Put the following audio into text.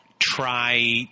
Try